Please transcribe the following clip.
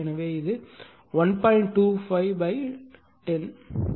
எனவே இது 1